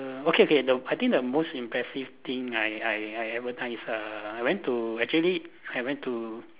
err okay okay the I think the most impressive thing I I I ever done is a I went to actually I went to